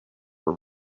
were